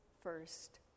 first